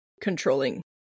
controlling